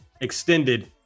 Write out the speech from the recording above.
extended